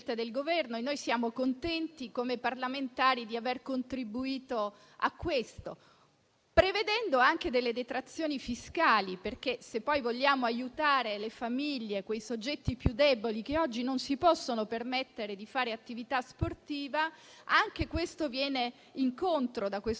del Governo, e noi siamo contenti come parlamentari di aver contribuito a ciò, prevedendo anche detrazioni fiscali: se vogliamo aiutare le famiglie e i soggetti più deboli che oggi non si possono permettere di fare attività sportiva, anche questa misura va loro incontro, da questo